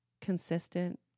consistent